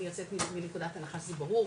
אני יוצאת מנקודת הנחה שזה ברור,